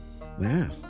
Wow